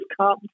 come